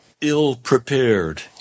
ill-prepared